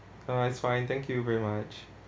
ah it's fine thank you very much